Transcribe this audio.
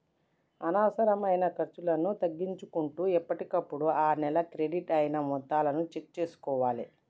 అనవసరమైన ఖర్చులను తగ్గించుకుంటూ ఎప్పటికప్పుడు ఆ నెల క్రెడిట్ అయిన మొత్తాలను చెక్ చేసుకోవాలే